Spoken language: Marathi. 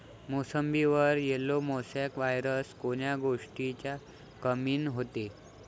मोसंबीवर येलो मोसॅक वायरस कोन्या गोष्टीच्या कमीनं होते?